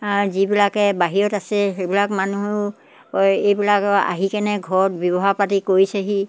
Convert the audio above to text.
যিবিলাকে বাহিৰত আছে সেইবিলাক মানুহেও এইবিলাক আহি কেনে ঘৰত ব্যৱহাৰ পাতি কৰিছেহি